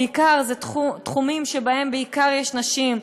אלה תחומים שבהם יש בעיקר נשים,